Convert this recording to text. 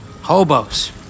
Hobos